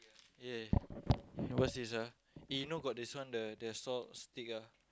!yay! what's this ah eh you know got this one the salt stick ah